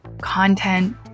content